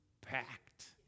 packed